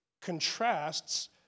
contrasts